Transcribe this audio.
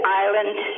island